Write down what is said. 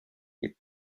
est